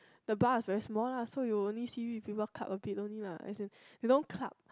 the bar is very small lah so you only see people club a bit only lah as in you know club